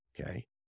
Okay